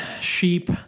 sheep